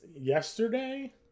yesterday